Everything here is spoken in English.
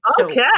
Okay